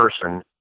person